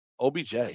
OBJ